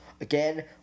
again